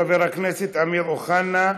חבר הכנסת אמיר אוחנה,